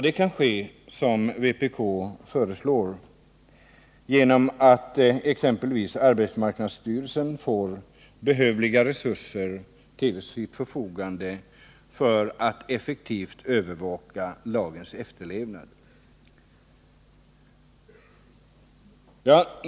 Det kan ske - som vpk också föreslår — genom att exempelvis arbetsmarknadsstyrelsen får behövliga resurser till sitt förfogande för att effektivt övervaka lagens efterlevnad.